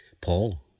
Paul